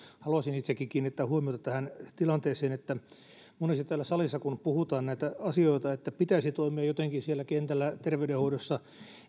haluaisin itsekin kiinnittää huomiota tähän tilanteeseen että kun monesti täällä salissa puhutaan näitä asioita että pitäisi toimia jotenkin siellä kentällä terveydenhoidossa